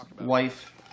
wife